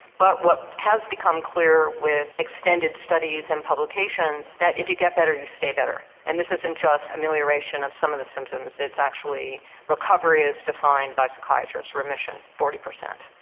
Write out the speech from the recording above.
but what has become clear with extended studies and publications, that if you get better you stay better. and this isn't just amelioration of some of the symptoms it's actually recovery as defined by a psychiatrist, remission forty percent.